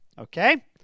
okay